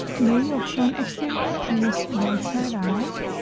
lay your front exterior piece right side up.